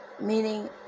Meaning